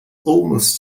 almost